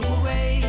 away